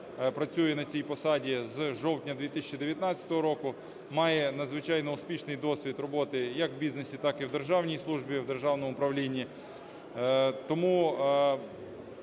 Працює на цій посаді з жовтня 2019 року, має надзвичайно успішний досвід роботи як у бізнесі, так і в державній службі, в державному управлінні.